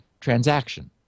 transaction